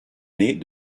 nés